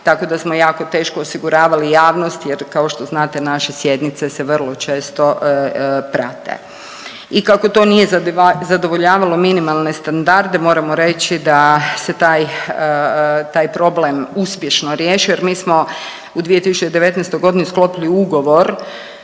tako da smo jako teško osiguravali javnost jer kao što znate naše sjednice se vrlo često prate. I kako to nije zadovoljavalo minimalne standarde moramo reći da se taj, taj problem uspješno riješio jer mi smo u 2019.g. sklopili ugovor